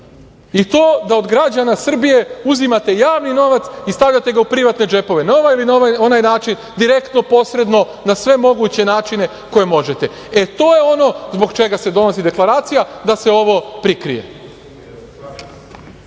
i to da od građana Srbije uzimate javni novac i stavljate ga u privatne džepove na ovaj ili na onaj način, direktno, posredno, na sve moguće načine koje možete i to je ono zbog čega se donosi deklaracija, da se ovo prikrije.